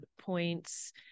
points